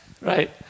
right